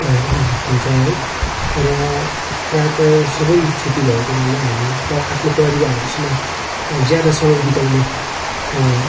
उइस हुन्छ है र प्रायः प्रायः सबै छुट्टी भएको हुनाले हामी पर आफ्नो परिवारहरूसित ज्यादा समय बिताउने